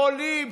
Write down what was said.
חולים,